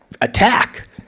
attack